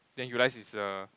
then he realised he's err